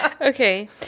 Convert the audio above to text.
Okay